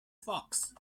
fox